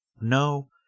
No